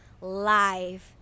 live